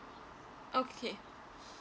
okay